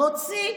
מוציא,